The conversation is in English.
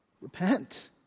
repent